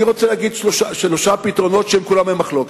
אני רוצה להגיד שלושה פתרונות, שכולם במחלוקת.